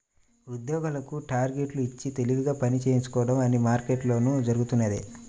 ఉద్యోగులకు టార్గెట్లు ఇచ్చి తెలివిగా పని చేయించుకోవడం అన్ని మార్కెట్లలోనూ జరుగుతున్నదే